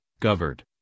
covered